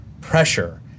pressure